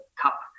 cup